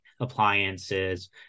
appliances